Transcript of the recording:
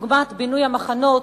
דוגמת בינוי המחנות,